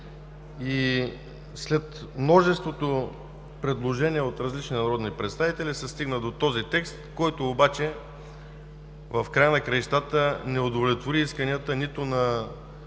След множеството предложения от различни народни представители се стигна до този текст, който обаче не удовлетвори исканията нито на